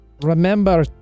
remember